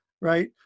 right